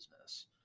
business